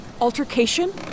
Altercation